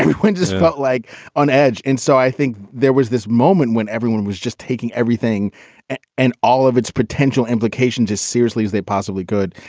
quintus felt like on edge. and so i think there was this moment when everyone was just taking everything and all of its potential implications as seriously as they possibly could.